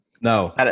No